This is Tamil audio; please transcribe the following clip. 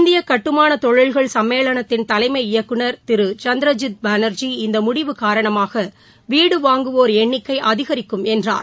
இந்திய கட்டுமான தொழில்கள் சம்மேளனத்தின் தலைமை இயக்குனர் திரு சந்திரஜித் பானர்ஜி இந்த முடிவு காரணமாக வீடு வாங்குவோர் எண்ணிக்கை அதிகரிக்கும் என்றார்